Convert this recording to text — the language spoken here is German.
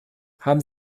haben